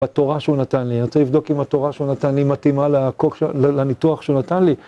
התורה שהוא נתן לי, אני רוצה לבדוק אם התורה שהוא נתן לי מתאימה לניתוח שהוא נתן לי.